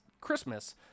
Christmas